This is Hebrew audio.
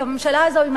הזאת,